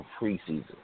preseason